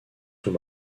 sous